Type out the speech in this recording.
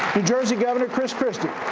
new jersey governor, chris christie.